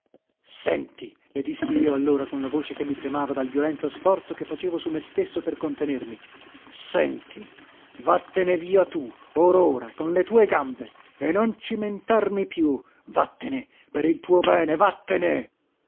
senti le dissi io allora con la voce che mi tremava dal violento sforzo che facevo su me stesso per contenermi senti vattene via tu or ora con le tue gambe e non cimentarmi più vattene per il tuo bene vattene